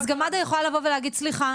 אז גם מד"א יכולה לבוא ולהגיד 'סליחה,